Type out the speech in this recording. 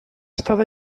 estat